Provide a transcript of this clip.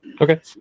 okay